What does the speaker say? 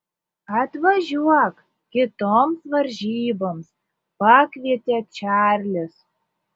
atvažiuok kitoms varžyboms pakvietė čarlis